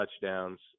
touchdowns